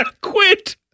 quit